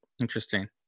interesting